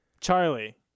Charlie